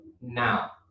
Now